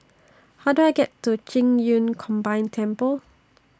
How Do I get to Qing Yun Combined Temple